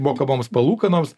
mokamoms palūkanoms